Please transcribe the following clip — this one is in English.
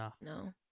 No